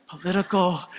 political